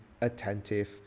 attentive